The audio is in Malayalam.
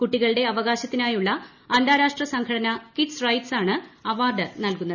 കുട്ടികളുടെ അവകാശത്തിനായുള്ള അന്താരാഷ്ട്ര സംഘടന കിഡ്സ്റൈറ്റ് സാണ്അവാർഡ് നൽകുന്നത്